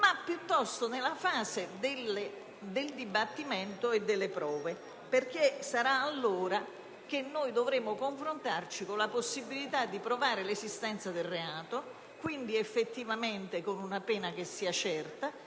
ma piuttosto perché nella fase del dibattimento e delle prove dovremo confrontarci con la possibilità di provare l'esistenza del reato, quindi effettivamente con una pena che sia certa